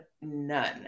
none